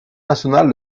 national